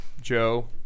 Joe